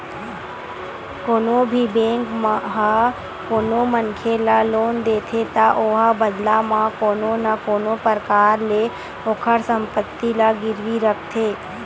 कोनो भी बेंक ह कोनो मनखे ल लोन देथे त ओहा बदला म कोनो न कोनो परकार ले ओखर संपत्ति ला गिरवी रखथे